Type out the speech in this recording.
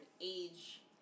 age –